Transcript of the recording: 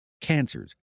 cancers